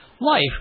life